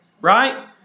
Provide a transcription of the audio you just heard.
Right